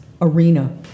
arena